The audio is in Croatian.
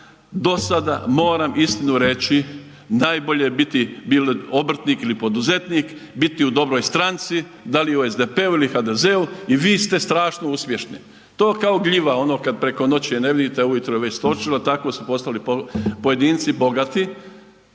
do sada moram istinu reći najbolje je biti obrtnik ili poduzetnik biti u dobroj stranci, da li u SDP-u ili u HDZ-u i vi ste strašno uspješni. To kao gljiva ono kada preko noći je ne vidite, a ujutro je već … tako su postali pojedinci bogati